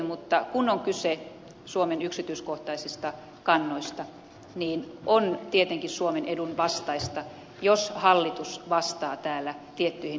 mutta kun on kyse suomen yksityiskohtaisista kannoista niin on tietenkin suomen edun vastaista jos hallitus vastaa täällä tiettyihin yksityiskohtaisiin kysymyksiin